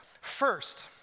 First